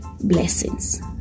blessings